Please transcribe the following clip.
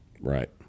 Right